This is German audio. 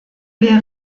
wäre